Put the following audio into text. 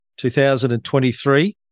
2023